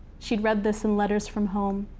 she'd read this in letters from home.